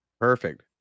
Perfect